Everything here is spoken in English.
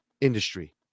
industry